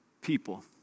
people